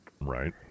Right